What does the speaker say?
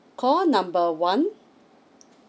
call number one